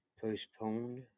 postponed